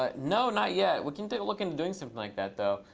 ah no, not yet. we can look into doing something like that, though.